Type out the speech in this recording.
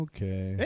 Okay